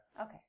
Okay